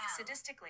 Sadistically